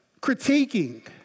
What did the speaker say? critiquing